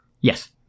Yes